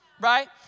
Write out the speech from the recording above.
right